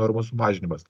normos sumažinimas